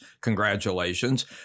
Congratulations